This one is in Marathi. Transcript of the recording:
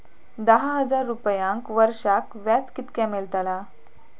दहा हजार रुपयांक वर्षाक व्याज कितक्या मेलताला?